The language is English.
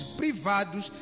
privados